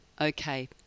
Okay